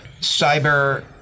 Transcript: cyber